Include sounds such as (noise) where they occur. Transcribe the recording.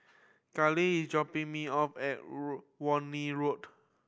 Kayli is dropping me off at (unintelligible) Warna Road